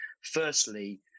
Firstly